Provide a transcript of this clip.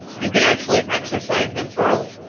you can actually exercise them early.